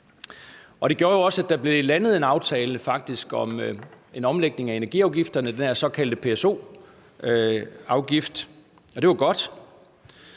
Det gjorde også, at der faktisk blev landet en aftale om omlægning af energiafgifterne, nemlig den såkaldte PSO-afgift. Det var godt.